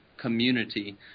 community